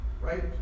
right